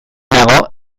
nago